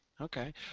Okay